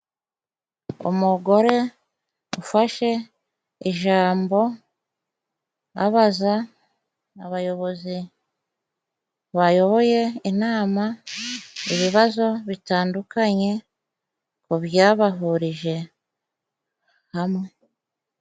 Umugore ufashe ijambo abaza abayobozi bayoboye inama, ibibazo bitandukanye ku byabahurije hamwe.